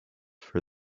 for